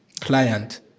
client